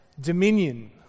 dominion